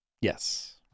Yes